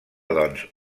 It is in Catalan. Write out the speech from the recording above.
doncs